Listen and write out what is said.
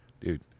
Dude